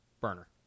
Burner